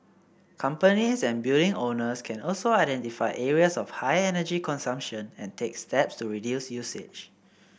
companies and building owners can also identify areas of high energy consumption and take steps to reduce usage